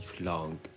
long